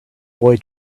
boy